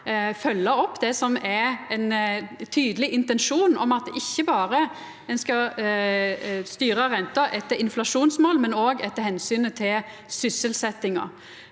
følgja opp det som er ein tydeleg intensjon om at ein ikkje berre skal styra renta etter inflasjonsmål, men òg etter omsynet til sysselsetjinga.